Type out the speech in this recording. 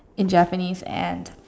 in Japanese and